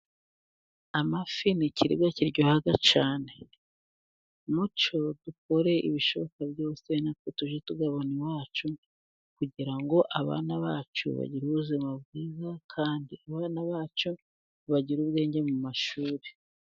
Amafi ni ikiribwa kiryoha cyane, mucyo dukore ibishoboka byose natwe tujye tuyahorana iwacu, kugira ngo abana bacu bagire ubuzima bwiza, kandi abana bacu bagire ubwenge mu mashuri.